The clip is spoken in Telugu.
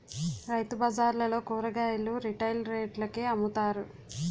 రైతుబజార్లలో కూరగాయలు రిటైల్ రేట్లకే అమ్ముతారు